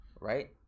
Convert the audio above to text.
Right